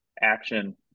action